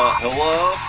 ah hello?